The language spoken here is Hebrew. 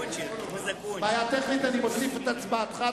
בעיה טכנית, אני אוסיף את הצבעתך.